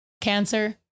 Cancer